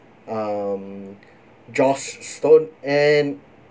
um joss stone and